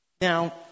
Now